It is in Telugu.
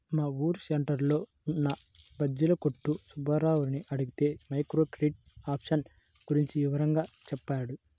మా ఊరు సెంటర్లో ఉన్న బజ్జీల కొట్టు సుబ్బారావుని అడిగితే మైక్రో క్రెడిట్ ఆప్షన్ గురించి వివరంగా చెప్పాడు